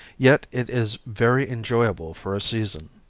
yet it is very enjoyable for a season.